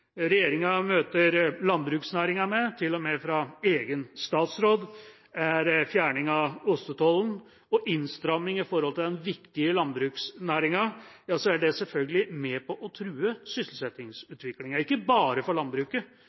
regjeringa møter landbruksnæringa med – til og med fra egen statsråd – er fjerning av ostetollen og innstramming overfor den viktige landbruksnæringa, er det selvfølgelig med på å true sysselsettingsutviklinga ikke bare for landbruket,